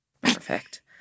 Perfect